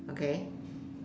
okay